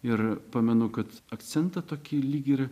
ir pamenu kad akcentą tokį lyg ir